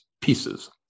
pieces